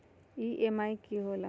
EMI की होला?